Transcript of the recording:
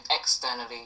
externally